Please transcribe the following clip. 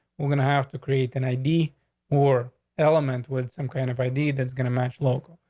we're gonna have to create an id or element with some kind of idea that's going to match local.